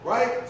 Right